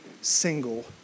single